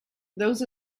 those